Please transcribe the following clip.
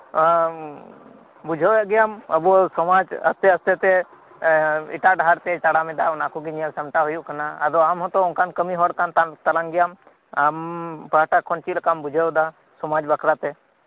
ᱵᱩᱡᱷᱟᱹᱣᱮᱫ ᱜᱮᱭᱟᱢ ᱟᱵᱩ ᱥᱚᱢᱟᱡ ᱟᱥᱛᱮ ᱟᱥᱛᱮ ᱛᱮ ᱮᱴᱟᱜ ᱰᱟᱦᱟᱨᱛᱮᱭ ᱛᱟᱲᱟᱢᱮᱫᱟ ᱚᱱᱟ ᱠᱩᱜᱤ ᱧᱮᱞᱥᱟᱢᱴᱟᱣ ᱦᱩᱭᱩᱜ ᱠᱟᱱᱟ ᱟᱫᱚ ᱟᱢᱦᱚᱛᱚ ᱚᱱᱠᱟᱱ ᱠᱟᱹᱢᱤ ᱦᱚᱲ ᱠᱟᱱ ᱛᱟᱞᱟᱝ ᱜᱮᱭᱟᱢ ᱟᱢ ᱯᱟᱦᱟᱴᱟ ᱠᱷᱚᱱ ᱪᱮᱫ ᱞᱮᱠᱟᱢ ᱵᱩᱡᱷᱟᱹᱣᱮᱫᱟ ᱥᱚᱢᱟᱡ ᱵᱟᱠᱷᱨᱟᱛᱮ